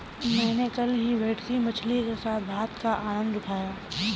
मैंने कल ही भेटकी मछली के साथ भात का आनंद उठाया